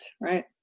Right